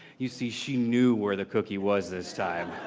you see, she knew where the cookie was this time.